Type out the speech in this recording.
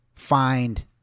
find